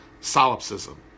solipsism